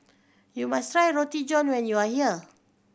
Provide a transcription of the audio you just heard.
you must try Roti John when you are here